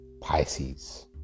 Pisces